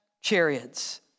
chariots